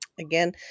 Again